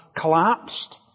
collapsed